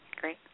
Great